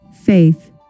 Faith –